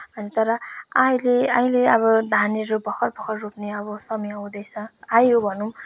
अनि तर अहिले अहिले अब धानहरू भर्खर भर्खर रोप्ने अब समय हुँदैछ आयो भनौँ